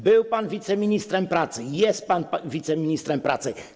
Był pan wiceministrem pracy, jest pan wiceministrem pracy.